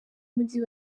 umujyi